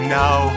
now